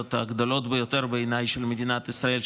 הגדולות ביותר בעיניי של מדינת ישראל,